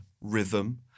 rhythm